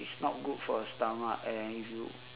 it's not good for your stomach and if you